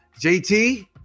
JT